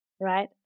right